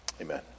Amen